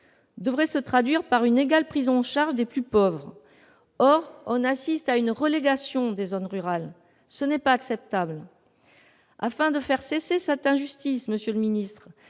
devrait se traduire par une égale prise en charge des plus pauvres. Or, on assiste à une relégation des zones rurales. Ce n'est pas acceptable. Afin de faire cesser cette injustice, monsieur le ministre,